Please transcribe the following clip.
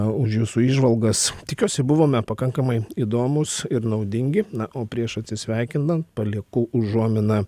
už jūsų įžvalgas tikiuosi buvome pakankamai įdomūs ir naudingi na o prieš atsisveikinant palieku užuominą